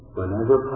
Whenever